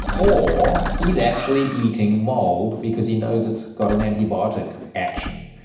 or he is actually eating mould because he knows it's got an antibiotic action.